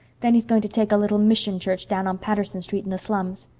then he's going to take a little mission church down on patterson street in the slums.